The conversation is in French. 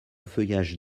feuillage